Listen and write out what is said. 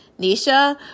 Nisha